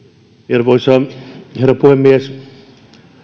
arvoisa herra puhemies